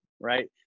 right